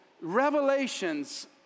revelations